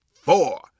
four